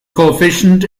coefficient